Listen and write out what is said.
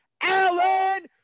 Alan